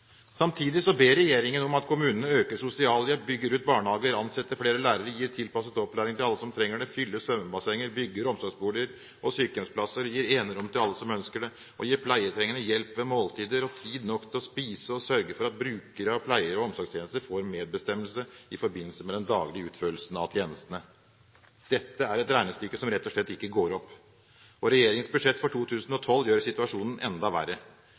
Samtidig ber regjeringen om at kommunene øker sosialhjelpen, bygger ut barnehagene, ansetter flere lærere, gir tilpasset opplæring til alle som trenger det, fyller svømmebassengene, bygger omsorgsboliger og sykehjemsplasser, gir enerom til alle som ønsker det, gir pleietrengende hjelp ved måltider og tid nok til å spise, og sørger for at brukere av pleie- og omsorgstjenester får medbestemmelse i forbindelse med den daglige utførelsen av tjenestene. Dette er et regnestykke som rett og slett ikke går opp, og regjeringens budsjett for 2012 gjør situasjonen enda verre.